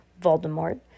Voldemort